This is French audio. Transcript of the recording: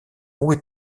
roues